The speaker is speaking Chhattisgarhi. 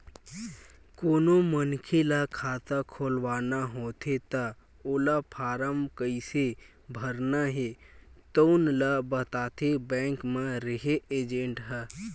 कोनो मनखे ल खाता खोलवाना होथे त ओला फारम कइसे भरना हे तउन ल बताथे बेंक म रेहे एजेंट ह